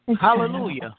Hallelujah